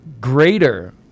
greater